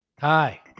Hi